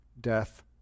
death